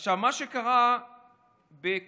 עכשיו, מה שקרה בקורונה